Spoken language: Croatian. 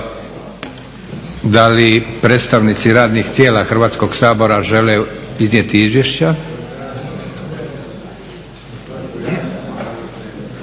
Da li predstavnici radnih tijela Hrvatskog sabora žele iznijeti izvješća?